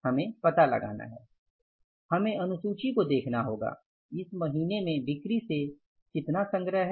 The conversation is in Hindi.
हमें पता लगाना है हमें अनुशुची को देखना होगा इस महीने में बिक्री से कितना संग्रह है